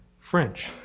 French